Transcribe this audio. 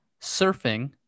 surfing